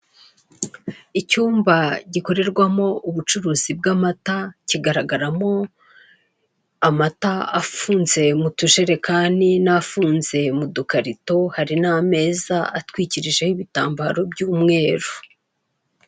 Icyumba gikorerwamo ubucuruzi bw'amata kigaragaramo amata afunze mu tujerekani n'afunze mu dukarito hari n'ameza atwikirijeho ibitambaro by'umweru.